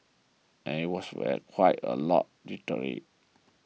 and it was quite a lot literally